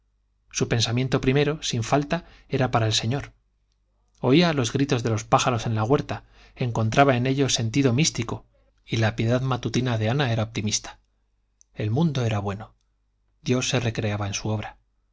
su pensamiento primero sin falta era para el señor oía los gritos de los pájaros en la huerta encontraba en ellos sentido místico y la piedad matutina de ana era optimista el mundo era bueno dios se recreaba en su obra